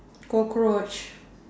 cockroach